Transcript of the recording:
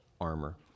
armor